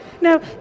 now